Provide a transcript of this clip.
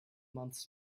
months